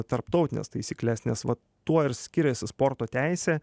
tarptautines taisykles nes vat tuo ir skiriasi sporto teisė